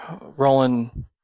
Roland